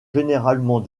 généralement